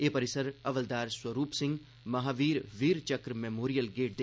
एह् परिसर हवलदार स्वरूप सिंह महावीर वीर चक्र मेमोरियल गेट कश ऐ